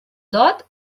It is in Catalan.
dot